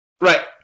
Right